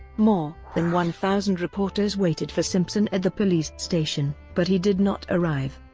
more than one thousand reporters waited for simpson at the police station, but he did not arrive.